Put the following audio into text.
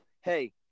Hey